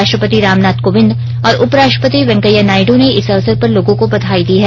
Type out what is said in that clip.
राष्ट्रपति रामनाथ कोंविद और उपराष्ट्रपति वेंकैया नायड् ने इस अवसर पर लोगों को बधाई दी है